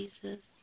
Jesus